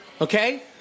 Okay